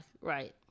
Right